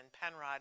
Penrod